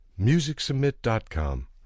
MusicSubmit.com